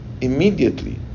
immediately